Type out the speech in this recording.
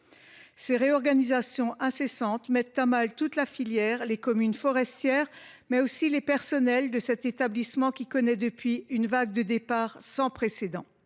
Ces réorganisations incessantes mettent à mal toute la filière, les communes forestières, mais aussi les personnels de cet établissement, qui connaît depuis une vague de départs sans précédent.